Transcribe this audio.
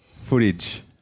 Footage